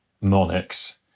monarchs